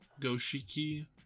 Goshiki